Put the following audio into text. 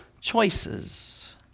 choices